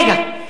רגע.